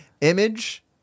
Image